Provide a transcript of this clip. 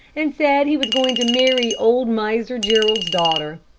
and said he was going to marry old miser jerrold's daughter.